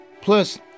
plus